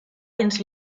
dins